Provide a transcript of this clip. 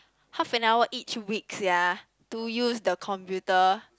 half an hour each week sia to use the computer